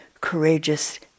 courageous